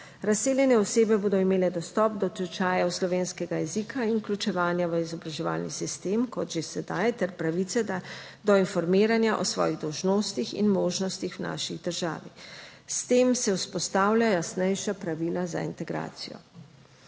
Razseljene osebe bodo imele dostop do tečajev slovenskega jezika in vključevanja v izobraževalni sistem, kot že sedaj, ter pravice do informiranja o svojih dolžnostih in možnostih v naši državi. S tem se vzpostavlja jasnejša pravila za integracijo.